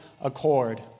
accord